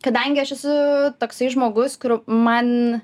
kadangi aš esu toksai žmogus kur man